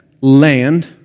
land